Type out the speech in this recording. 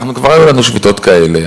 כבר היו לנו שביתות כאלה,